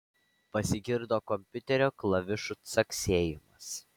pasigirdo kompiuterio klavišų caksėjimas